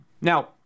Now